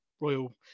royal